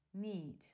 need